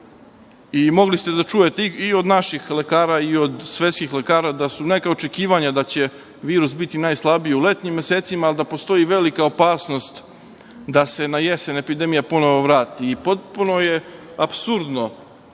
Mogli ste da čujete i od naših lekara i od svetskih lekara da su očekivanja da će virus biti najslabiji u letnjima mesecima, ali da postoji velika opasnost da se na jesen epidemija ponovo vrati. Potpuno je apsurdno